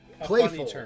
playful